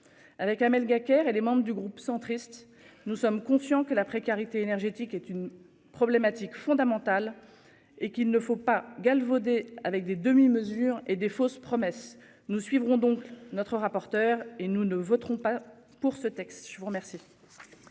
Avec un mail Gacquerre et les membres du groupe centriste. Nous sommes conscients que la précarité énergétique est une problématique fondamentale et qu'il ne faut pas galvauder avec des demi-mesures et des fausses promesses, nous suivrons donc notre rapporteur et nous ne voterons pas pour ce texte. Je vous remercie.